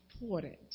important